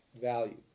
value